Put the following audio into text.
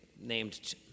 named